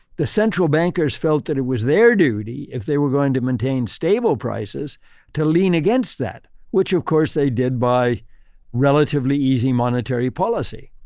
the central bankers felt that it was their duty if they were going to maintain stable prices to lean against that. which of course they did by relatively easy monetary policy.